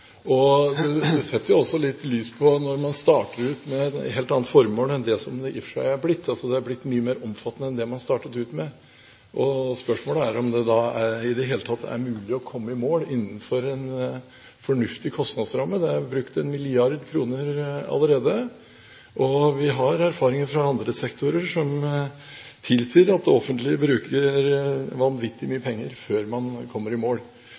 Det setter jo også litt lys på det at man startet med et helt annet formål enn det som det i og for seg er blitt; det er blitt mye mer omfattende. Spørsmålet er om det da i det hele tatt er mulig å komme i mål innenfor en fornuftig kostnadsramme; det er brukt 1 mrd. kr allerede. Vi har erfaringer fra andre sektorer som tilsier at det offentlige bruker vanvittig mye penger før man kommer i mål.